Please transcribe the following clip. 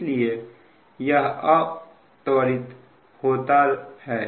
इसलिए यह अवत्वरीत होता है